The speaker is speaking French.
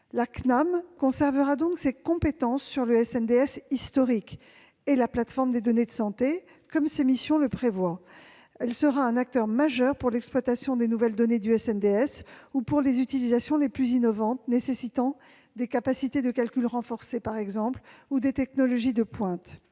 La CNAM conservera donc ses compétences sur le SNDS historique et le PDS, comme ses missions le prévoient. Elle sera un acteur majeur pour l'exploitation des nouvelles données du SNDSou pour les utilisations les plus innovantes nécessitant des capacités de calcul renforcées, par exemple, ou le recours à des technologies de pointe.